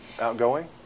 outgoing